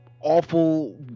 awful